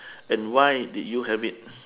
and why did you have it